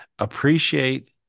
Appreciate